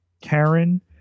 Karen